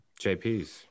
jps